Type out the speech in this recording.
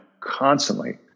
constantly